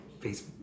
Facebook